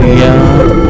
young